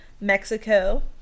Mexico